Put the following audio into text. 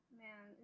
man